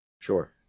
Sure